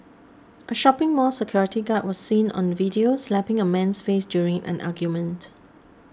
a shopping mall security guard was seen on video slapping a man's face during an argument